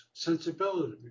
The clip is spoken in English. Sensibility